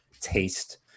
taste